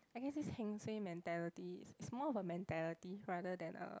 I guess this heng suay mentality is is more of a mentality rather than a